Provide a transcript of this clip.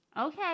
Okay